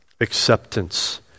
acceptance